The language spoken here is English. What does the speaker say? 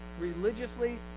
religiously